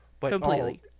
Completely